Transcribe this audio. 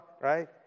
right